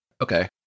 Okay